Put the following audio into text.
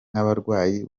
nk’abarwayi